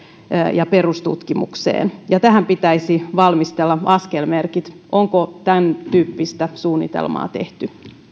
ja perustutkimukseen ja tähän pitäisi valmistella askelmerkit onko tämäntyyppistä suunnitelmaa tehty